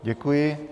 Děkuji.